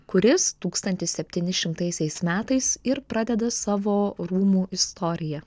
kuris tūkstantis septyni šimtaisaisiais metais ir pradeda savo rūmų istoriją